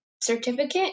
certificate